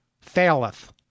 Faileth